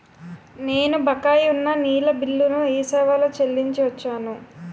నేను బకాయి ఉన్న నీళ్ళ బిల్లును ఈ సేవాలో చెల్లించి వచ్చాను